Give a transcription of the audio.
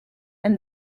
and